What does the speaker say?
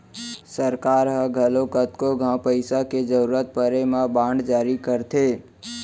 सरकार ह घलौ कतको घांव पइसा के जरूरत परे म बांड जारी करथे